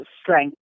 strength